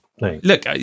Look